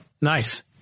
Nice